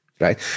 right